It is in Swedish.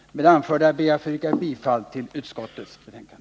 Med det anförda ber jag att få yrka bifall till utskottets hemställan.